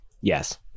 Yes